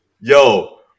yo